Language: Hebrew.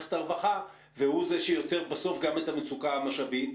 מערכת הרווחה והוא זה שיוצר בסוף גם את המצוקה המשאבית.